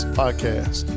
podcast